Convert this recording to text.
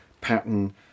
pattern